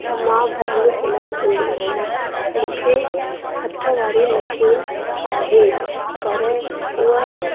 मां घर में सिलाई कंदी आहियां मूंखे हथ वारी मशीन आहे पर उहा